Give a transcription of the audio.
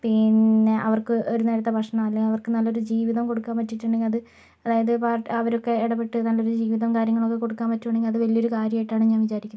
പിന്നെ അവർക്ക് ഒരു നേരത്തെ ഭക്ഷണമോ അല്ലെങ്കിൽ അവർക്കു നല്ലൊരു ജീവിതം കൊടുക്കാൻ പറ്റിയിട്ടുണ്ടെങ്കിൽ അത് അതായത് അവരൊക്കെ ഇടപെട്ട് നല്ലൊരു ജീവിതം കാര്യങ്ങളൊക്കെ കൊടുക്കാൻ പറ്റുകയാണെങ്കിൽ അത് വലിയൊരു കാര്യമായിട്ടാണ് ഞാൻ വിചാരിക്കുന്നത്